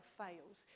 fails